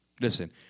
Listen